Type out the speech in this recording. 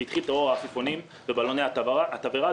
כאשר התחיל טרור העפיפונים ובלוני התבערה.